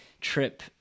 trip